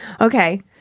Okay